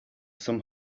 some